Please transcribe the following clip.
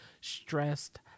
stressed